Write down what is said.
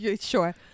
sure